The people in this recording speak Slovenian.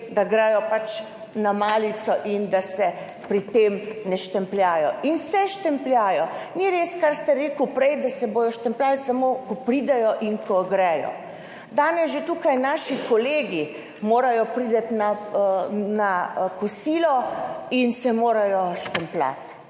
da gredo na malico in da se pri tem ne štempljajo. In se štempljajo. Ni res, kar ste prej rekli, da se bodo štempljali samo, ko pridejo in ko grejo. Danes že tukaj naši kolegi morajo priti na kosilo in se morajo štempljati.